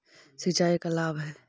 सिंचाई का लाभ है?